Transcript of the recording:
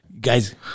Guys